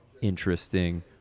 interesting